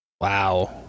wow